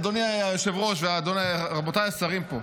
אדוני היושב-ראש ורבותיי השרים פה,